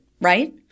right